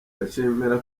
ndashimira